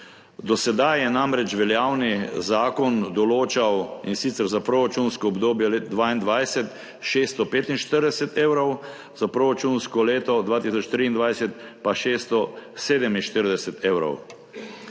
Do sedaj je namreč veljavni zakon določal, in sicer za proračunsko obdobje 2022, 645 evrov, za proračunsko leto 2023 pa 647 evrov.